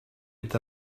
est